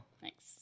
Thanks